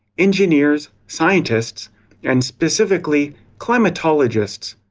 engineers, scientists and specifically climatologists.